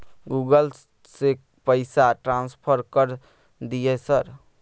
Google से से पैसा ट्रांसफर कर दिय सर?